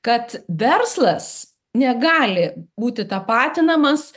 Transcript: kad verslas negali būti tapatinamas